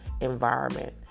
environment